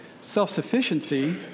self-sufficiency